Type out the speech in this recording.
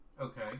Okay